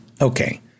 Okay